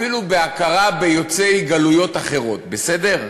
אפילו בהכרה ביוצאי גלויות אחרות, בסדר?